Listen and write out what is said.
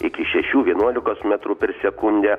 iki šešių vienuolikos metrų per sekundę